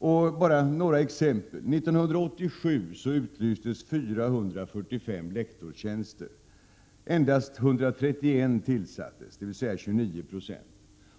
Låt mig bara ta några exempel. År 1987 utlystes 445 lektorstjänster. Endast 131 tjänster tillsattes, dvs. 29 26.